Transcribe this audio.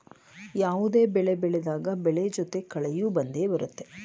ಯಾವುದೇ ಬೆಳೆ ಬೆಳೆದಾಗ ಬೆಳೆ ಜೊತೆ ಕಳೆಯೂ ಬಂದೆ ಬರುತ್ತೆ